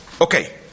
Okay